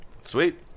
Sweet